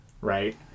right